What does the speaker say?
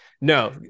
No